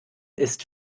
ist